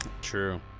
True